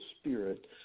spirit